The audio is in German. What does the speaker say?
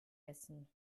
essen